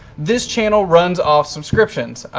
this channel runs off subscriptions,